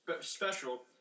special